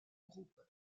groupe